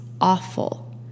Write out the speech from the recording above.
awful